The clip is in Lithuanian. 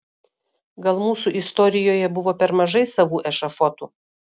gal mūsų istorijoje buvo per mažai savų ešafotų